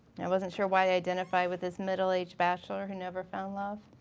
i wasn't sure why i identified with this middle aged bachelor who never found love.